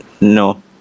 No